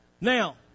Now